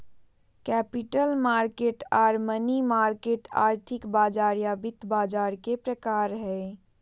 capital market आर money market आर्थिक बाजार या वित्त बाजार के प्रकार हय